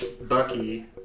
Bucky